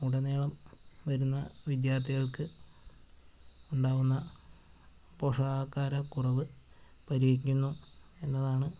ഉടനീളം വരുന്ന വിദ്യാർത്ഥികൾക്ക് ഉണ്ടാകുന്ന പോഷകാഹാരക്കുറവ് പരിഹരിക്കുന്നു എന്നതാണ്